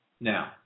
Now